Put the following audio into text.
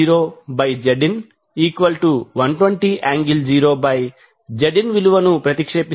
69 ఇందువలన I1120∠0Zin120∠010